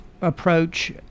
approach